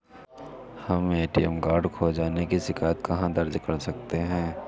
हम ATM card खो जाने की शिकायत कहाँ दर्ज कर सकते हैं?